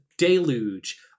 deluge